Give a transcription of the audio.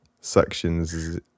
sections